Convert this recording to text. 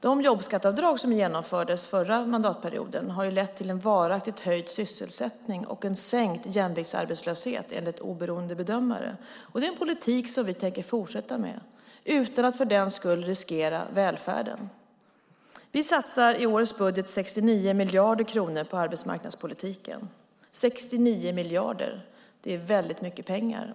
De jobbskatteavdrag som genomfördes under förra mandatperioden har lett till en varaktigt höjd sysselsättning och en sänkt jämviktsarbetslöshet, enligt oberoende bedömare. Och detta är en politik som vi tänker fortsätta med utan att för den skull riskera välfärden. Vi satsar i årets budget 69 miljarder kronor på arbetsmarknadspolitiken. 69 miljarder är väldigt mycket pengar.